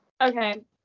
Okay